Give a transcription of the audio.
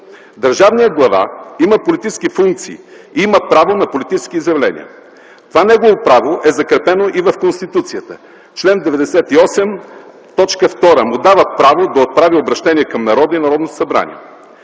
Държавният глава има политически функции и има право на политически изявления. Това негово право е закрепено и в Конституцията. Член 98, т. 2 му дава право да отправя обръщения към народа и Народното събрание.